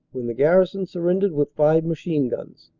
when the garrison surrendered with five machine-guns.